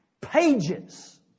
pages